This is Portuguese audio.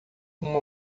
uma